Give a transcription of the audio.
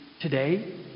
today